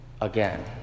again